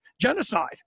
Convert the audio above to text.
genocide